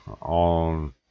on